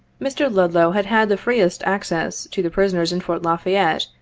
mr. ludlow had had the freest access to the prisoners in fort la fayette,